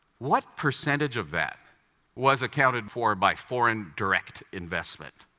what percentage of that was accounted for by foreign direct investment?